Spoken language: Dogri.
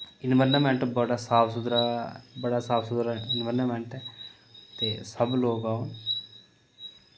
इनवायरनमैंट बड़ा साफ सुथरा बड़ा साफ सुथरा इनवायरनमैंट ऐ ते सब लोक औन